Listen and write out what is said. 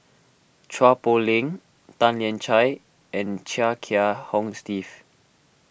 Chua Poh Leng Tan Lian Chye and Chia Kiah Hong Steve